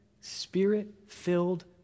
spirit-filled